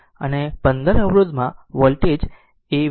અને 15 અવરોધમાં વોલ્ટેજ એ v